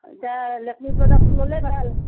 এতিয়া লেকমিৰ প্ৰডাক্টটো ল'লে ভাল